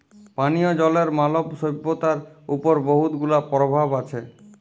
পানীয় জলের মালব সইভ্যতার উপর বহুত গুলা পরভাব আছে